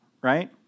Right